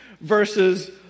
versus